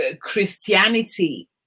Christianity